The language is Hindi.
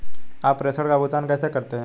आप प्रेषण का भुगतान कैसे करते हैं?